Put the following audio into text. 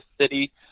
city